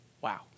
Wow